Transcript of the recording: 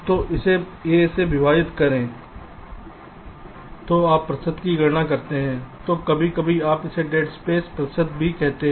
तो उसे A से विभाजित करें तो आप प्रतिशत की गणना करते हैं तो कभी कभी आप इसे डेड स्पेस प्रतिशत भी कहते हैं